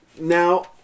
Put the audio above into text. Now